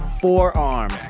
forearm